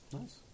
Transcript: Nice